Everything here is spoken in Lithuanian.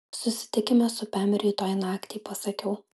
susitikime su pem rytoj naktį pasakiau